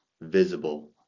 visible